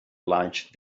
lunch